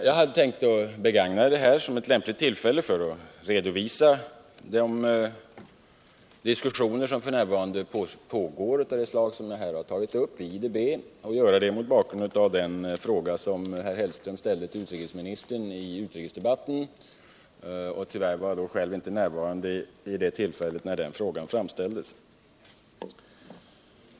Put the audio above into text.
Jag har tänkt begagna den här debatten som ev lämpligt tillfälle att redovisa de diskussioner som f. n. pågår i IDB mot bakgrund av den fråga som herr Heilström ställde till utrikesministern i utrikesdebatten: tyvärr var jag inte själv närvarande när den frågan framställdes.